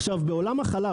עכשיו, בעולם החלב